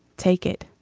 take it